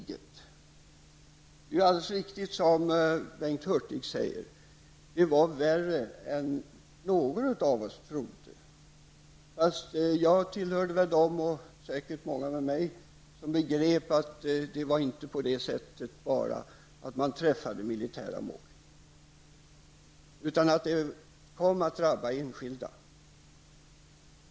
Det är alldeles riktigt som Bengt Hurtig säger att det var värre än någon av oss trodde. Jag tillhörde de många som begrep att man träffade inte bara militära mål, utan att det också kom att drabba enskilda.